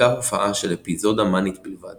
מספיקה הופעה של אפיזודה מאנית בלבד